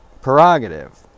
prerogative